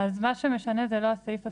אז מה שמשנה זה לא הסעיף הספציפי,